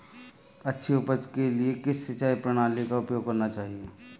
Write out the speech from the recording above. अच्छी उपज के लिए किस सिंचाई प्रणाली का उपयोग करना चाहिए?